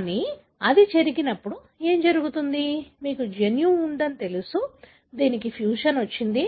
కానీ అది జరిగినప్పుడు ఏమి జరుగుతుంది మీకు జన్యువు ఉందని మీకు తెలుసు దీనిలో ఫ్యూజన్ వచ్చింది